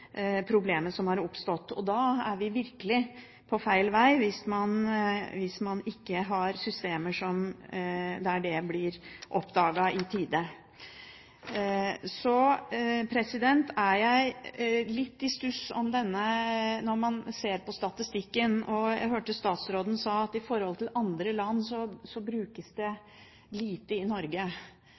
problemer i familien som er grunnlag for problemet som har oppstått. Og vi er virkelig på feil veg hvis vi ikke har systemer der det blir oppdaget i tide. Så er jeg litt i stuss når man ser på statistikken. Jeg hørte statsråden si at i forhold til andre land brukes det lite medikamenter i Norge.